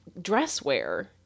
dresswear